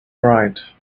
right